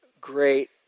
great